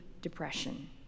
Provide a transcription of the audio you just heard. depression